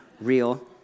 real